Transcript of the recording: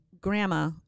Grandma